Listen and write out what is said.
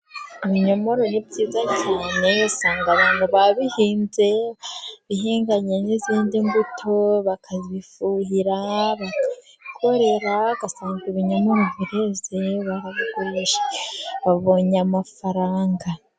Ibinyomoro ni byiza cyane usanga abantu babihinze bihinganye n'izindi mbuto bakazifuhira, bakabikorera ugasanga ibinyomoro bireze barabigurishije babonye amafaranga.